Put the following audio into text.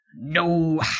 No